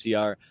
CR